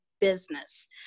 business